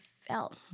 felt